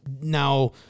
now